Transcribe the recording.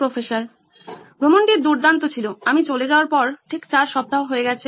professor ভ্রমণটি দুর্দান্ত ছিল আমি চলে যাওয়ার পর ঠিক 8 সপ্তাহ হয়ে গেছে